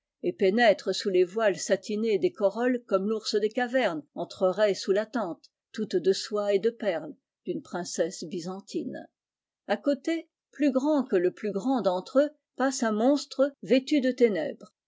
et pénètrent sous les voiles satinés des corolles comme l'ours des cavernes entrerait sous la tente toute de soie et de perles d'une princesse byzantine a côté plus grand que le plus grand d'entre eux passe un monstre vêtu de ténèbres